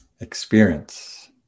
experience